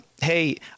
hey